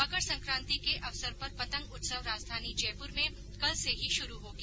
मकर सकांति के अवसर पर पतंग उत्सव राजधानी जयपुर में कल से ही शुरू हो गया